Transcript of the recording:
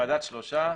ועדת שלושה,